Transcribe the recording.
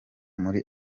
muri